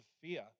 fear